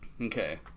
okay